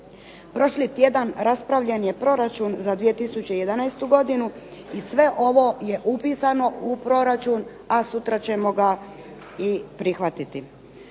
Prošli tjedan raspravljen je proračun za 2011. godinu i sve ovo je upisano u proračun, a sutra ćemo ga i prihvatiti.